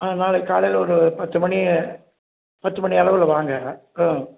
ஆ நாளைக்கு காலையில் ஒரு பத்து மணி பத்து மணி அளவில் வாங்க ஆ